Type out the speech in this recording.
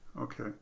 okay